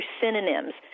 synonyms